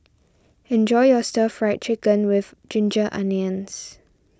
enjoy your Stir Fried Chicken with Ginger Onions